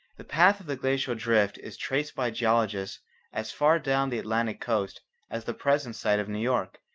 the path of the glacial drift is traced by geologists as far down the atlantic coast as the present site of new york,